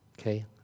okay